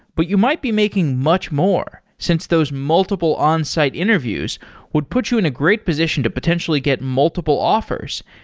but you might be making much more since those multiple onsite interviews would put you in a great position to potentially get multiple offers,